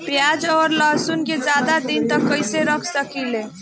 प्याज और लहसुन के ज्यादा दिन तक कइसे रख सकिले?